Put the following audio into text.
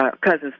cousin's